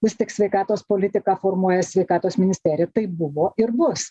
vis tik sveikatos politiką formuoja sveikatos ministerija taip buvo ir bus